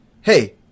hey